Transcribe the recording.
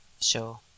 Sure